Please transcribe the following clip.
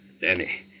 Danny